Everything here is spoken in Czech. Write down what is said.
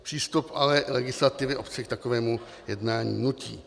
Přístup ale legislativy obce k takovému jednání nutí.